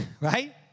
Right